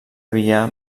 havia